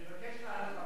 אני מבקש לענות, אדוני.